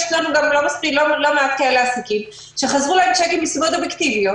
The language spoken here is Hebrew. יש לנו גם לא מעט כאלה עסקים שחזרו להם צ'קים מסיבות אובייקטיביות,